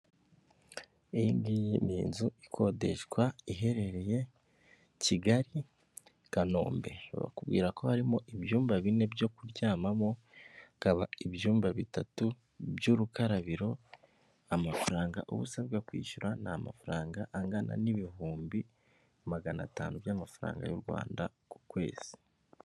Iyi ngiyi ni inzu ikodeshwa iherereye Kigali Kanombe, bakubwira ko harimo ibyumba bine byo kuryamamo, hakaba ibyumba bitatu by'urukarabiro, amafaranga uba usabwa kwishyura ni amafaranga angana n'ibihumbi magana atanu by'amafaranga y'u Rwanda ku kwezi.